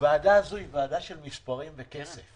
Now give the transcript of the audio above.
הוועדה הזאת היא ועדה של מספרים וכסף.